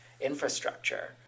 infrastructure